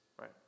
right